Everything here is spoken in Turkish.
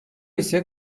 ise